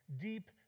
deep